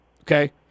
okay